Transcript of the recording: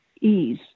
ease